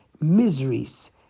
miseries